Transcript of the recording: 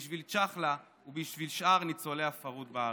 בשביל צ'חלה ובשביל שאר ניצולי הפרהוד בארץ.